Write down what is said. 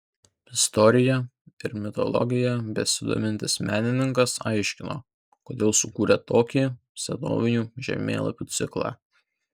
istorija ir mitologija besidomintis menininkas aiškino kodėl sukūrė tokį senovinių žemėlapių ciklą